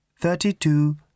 thirty-two